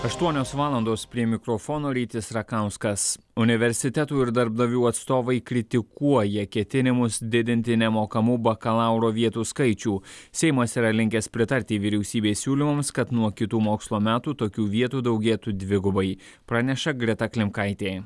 aštuonios valandos prie mikrofono rytis rakauskas universitetų ir darbdavių atstovai kritikuoja ketinimus didinti nemokamų bakalauro vietų skaičių seimas yra linkęs pritarti vyriausybės siūlymams kad nuo kitų mokslo metų tokių vietų daugėtų dvigubai praneša greta klimkaitė